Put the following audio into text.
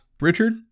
Richard